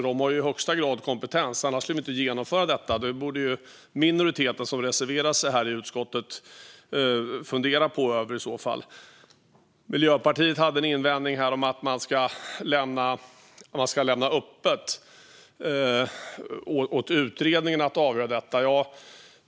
De har i högsta grad kompetens, annars skulle vi inte genomföra detta. Det borde ju minoriteten som reserverat sig här i utskottet fundera över. Miljöpartiet hade en invändning här och menade att man ska lämna öppet för utredningen att avgöra detta.